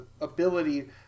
ability